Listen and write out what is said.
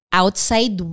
outside